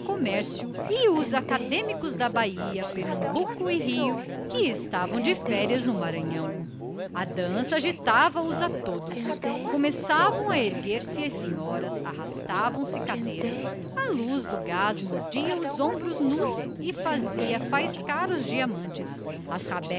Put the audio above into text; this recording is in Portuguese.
comércio e os acadêmicos de pernambuco bahia e rio que estavam de férias na província a dança abalava os a todos as senhoras iam-se já levantando arrastavam se cadeiras a luz do gás mordia os ombros nus e fazia faiscar os diamantes